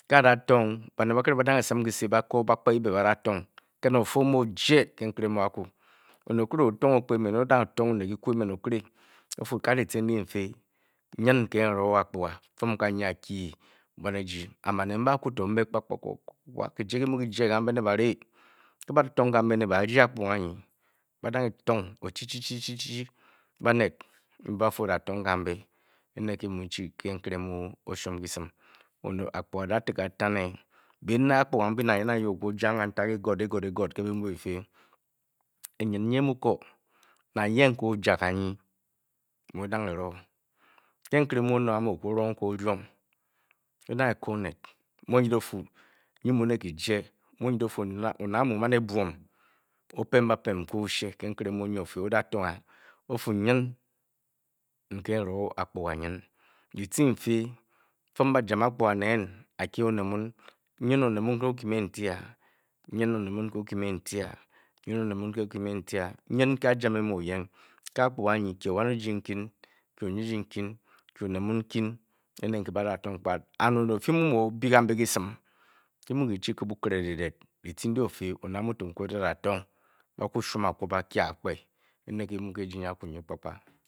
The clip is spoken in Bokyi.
A adatong banet bato ba-da ng esim kyisi, ba-bo dakpa ebe bn- atong ke ne efe o-mu eje ke nkene mu aku. Onet oto otong okpa emeno-da ng etong onet kyike emen okiri o-fu nyin nke n-ree akpuga a dyisi nfi fim kanyi a-kye bwaneji banet mbe aku mbe kpa kpe kyija kyi-mu kyi-je kambe ne bari A ba-tong kambe barye akpuga anyi ba-da ng etong aouhichi amet banet mbe ba-f odatory kambe Akpuga aetaneBiine akpuga mbe byi-ka byi-ja. Agnee kantik ke byi-mee byifi enyin nyi e-mu ke nang yee ke o-je mu o-da ng eroo ke nkere onet amu o-ku o-rong ng ke onwon. o-da ng eko onet mu mu ne kyije ne nyi, mu o-nyit o-fu, onet a mu a-man ebwom o-pem bapem ke oshe ke nkere mu nyi ofi o-dalong a o-fu, nyin ke n-roo, a, oyin onet mun ke e-kye me n-ti nyin a-ja me me oyon ke akpuga anyi kye onyi eji nkyi kye wan eji nkyin kye onet mun nkyi onet ofi mu odako mpan A adatong be-kashwon akwa. bi-kye a ba-kashwon akwa da-kye a e ne nke ejii nyi kpakpa e-mu ka